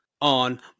on